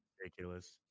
ridiculous